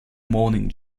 morning